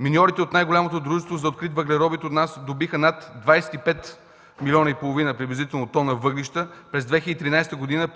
Миньорите от най-голямото дружество за открит въгледобив у нас добиха над 25,5 млн. приблизително тона въглища през 2013 г.